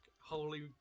Holy